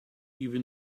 even